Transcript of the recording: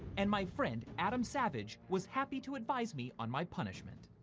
and my friend adam savage was happy to advise me on my punishment.